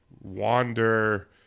wander